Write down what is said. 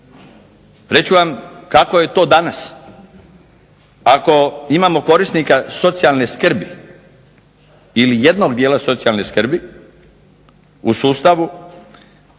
ću vam kako je to danas. Ako imamo korisnika socijalne skrbi, ili jednog dijela socijalne skrbi, u sustavu,